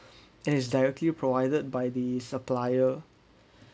and it's directly provided by the supplier